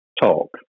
talk